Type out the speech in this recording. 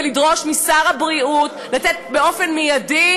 ולדרוש משר הבריאות לתת באופן מיידי